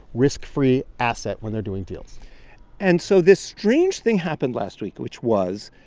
risk-free asset when they're doing deals and so this strange thing happened last week which was,